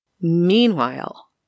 Meanwhile